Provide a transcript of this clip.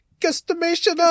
guesstimation